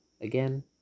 again